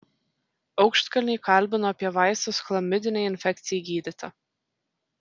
aukštkalnį kalbinu apie vaistus chlamidinei infekcijai gydyti